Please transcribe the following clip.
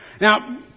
Now